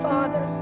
Father